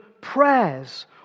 prayers